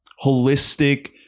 holistic